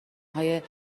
های